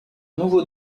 nouveau